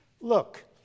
Look